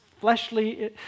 fleshly